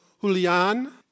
Julian